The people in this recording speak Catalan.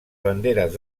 banderes